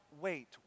wait